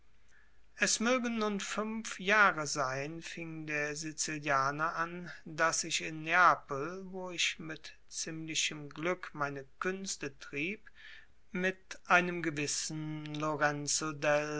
es mögen nun fünf jahre sein fing der sizilianer an daß ich in neapel wo ich mit ziemlichem glück meine künste trieb mit einem gewissen